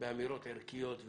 באמירות ערכיות,